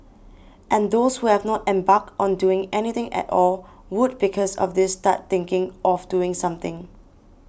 and those who have not embarked on doing anything at all would because of this start thinking of doing something